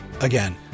Again